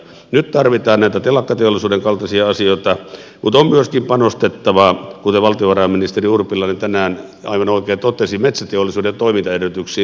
nyt tarvitaan näitä telakkateollisuuden kaltaisia asioita mutta on myöskin panostettava kuten valtiovarainministeri urpilainen tänään aivan oikein totesi metsäteollisuuden toimintaedellytyksiin laajemmin